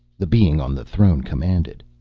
the being on the throne commanded.